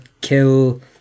kill